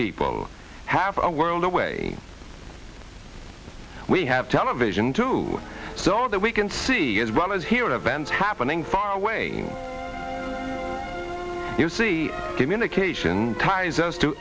people have a world away we have television too so that we can see as well as hear events happening far away you see communication ties